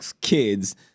kids